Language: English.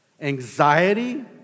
anxiety